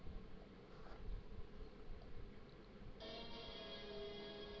कृषि वैज्ञानिक खेती बारी आउरी मट्टी के गुणवत्ता पे अध्ययन करलन